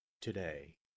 today